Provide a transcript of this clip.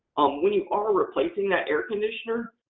um when you are replacing that air conditioner,